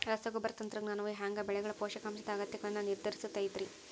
ರಸಗೊಬ್ಬರ ತಂತ್ರಜ್ಞಾನವು ಹ್ಯಾಂಗ ಬೆಳೆಗಳ ಪೋಷಕಾಂಶದ ಅಗತ್ಯಗಳನ್ನ ನಿರ್ಧರಿಸುತೈತ್ರಿ?